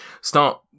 start